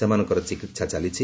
ସେମାନଙ୍କର ଚିକିହା ଚାଲିଛି